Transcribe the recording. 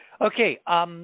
Okay